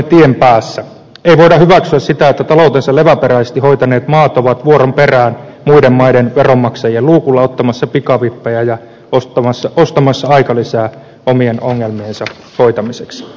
ei voida hyväksyä sitä että taloutensa leväperäisesti hoitaneet maat ovat vuoron perään muiden maiden veronmaksajien luukulla ottamassa pikavippejä ja ostamassa aikalisää omien ongelmiensa hoitamiseksi